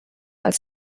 als